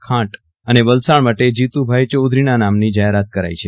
ખાંટ અને વલસાડ માટે જીતુભાઈ ચૌધરીના નામની જાહેરાત કરાઈ છે